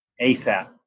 ASAP